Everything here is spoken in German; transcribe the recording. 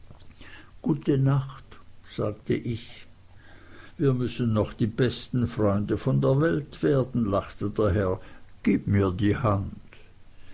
gute nacht sagte ich wir müssen noch die besten freunde von der welt werden lachte der herr gib mir die hand